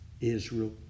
Israel